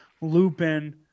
Lupin